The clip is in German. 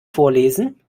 vorlesen